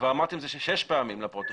אמרתם את זה כבר שש פעמים לפרוטוקול.